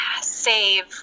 save